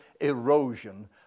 erosion